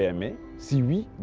i mean see we